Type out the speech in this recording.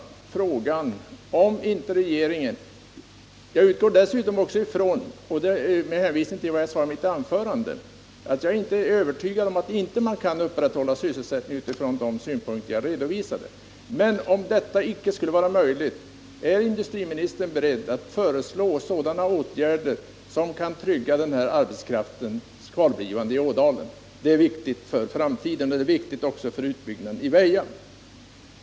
Detta är bakgrunden till mitt påstående. Med hänvisning till vad jag sade i mitt anförande är jag dessutom inte övertygad om att man inte kan upprätthålla sysselsättningen utifrån de synpunkter jag redovisade. Om detta icke skulle vara möjligt, är industriministern då beredd att föreslå sådana åtgärder som kan trygga den här arbetskraftens kvarblivande i Ådalen? Det är viktigt för framtiden, och det är viktigt också för utbyggnaden i Väja.